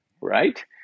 Right